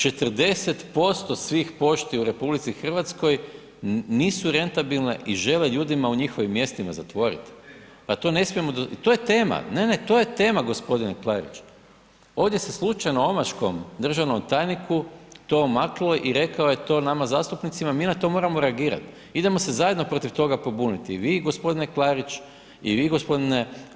40% svih pošti u RH nisu rentabilne i žele ljudima u njihovim mjestima zatvorit, pa to ne smijemo dozvolit, to je tema, ne, ne, to je tema g. Klarić, ovdje se slučajno omaškom državnom tajniku to omaklo i rekao je to nama zastupnicima, mi na to moramo reagirat, idemo se zajedno protiv toga pobuniti, i vi g. Klarić i vi gđo.